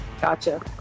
Gotcha